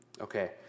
okay